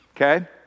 Okay